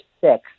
six